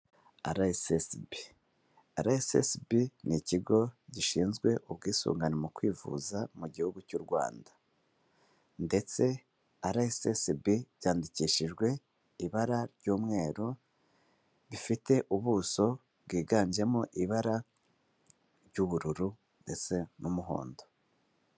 RSSB. RSSB ni ikigo gishinzwe ubwisungane mu kwivuza mu gihugu cy'u Rwanda. Ndetse RSSB byandikishijwe ibara ry'umweru bifite ubuso bwiganjemo ibara ry'ubururu ndetse n'umuhondo.